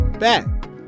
back